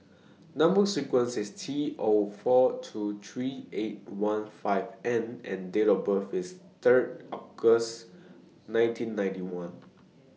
Number sequence IS T O four two three eight one five N and Date of birth IS Third August nineteen ninety one